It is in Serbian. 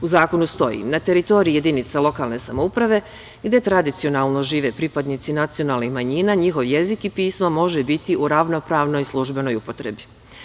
U zakonu stoji - na teritoriji jedinice lokalne samouprave gde tradicionalno žive pripadnici nacionalnih manjina njihov jezik i pismo može biti u ravnopravnoj službenoj upotrebi.